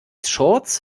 shorts